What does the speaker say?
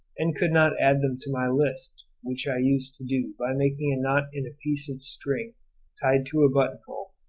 and could not add them to my list, which i used to do by making a knot in a piece of string tied to a button-hole.